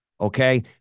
Okay